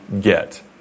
get